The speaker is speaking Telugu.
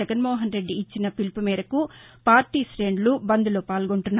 జగన్మోహన్ రెడ్డి ఇచ్చిన పిలుపు మేరకు పార్టీ శేణులు బంద్లో పాల్గొంటున్నారు